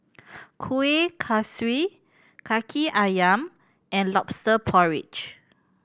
kueh kosui Kaki Ayam and Lobster Porridge